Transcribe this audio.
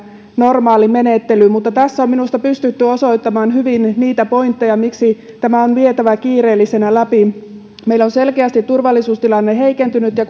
normaali menettely mutta tässä on minusta pystytty osoittamaan hyvin niitä pointteja miksi tämä on vietävä kiireellisenä läpi meillä on selkeästi turvallisuustilanne heikentynyt ja